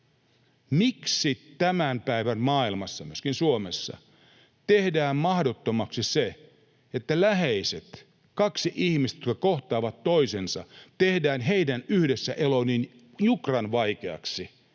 miksi tämän päivän maailmassa, myöskin Suomessa, tehdään mahdottomaksi se, että kun läheiset, kaksi ihmistä, kohtaavat toisensa, tehdään heidän yhdessä elonsa niin jukran vaikeaksi,